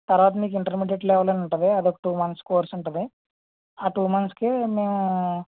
తర్వాత మీకు intermediate level అని ఉంటుంది అది ఒక టూ మంత్స్ కోర్స్ ఉంటుంది ఆ టూ మంత్స్కి మేము